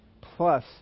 plus